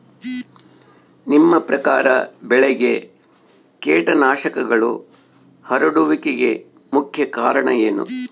ನಿಮ್ಮ ಪ್ರಕಾರ ಬೆಳೆಗೆ ಕೇಟನಾಶಕಗಳು ಹರಡುವಿಕೆಗೆ ಮುಖ್ಯ ಕಾರಣ ಏನು?